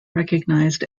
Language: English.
recognized